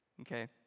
Okay